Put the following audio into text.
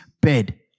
bed